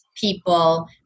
people